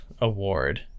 Award